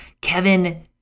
Kevin